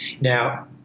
Now